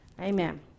Amen